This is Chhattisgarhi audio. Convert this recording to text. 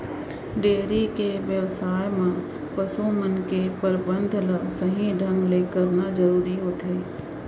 डेयरी के बेवसाय म पसु मन के परबंध ल सही ढंग ले करना जरूरी होथे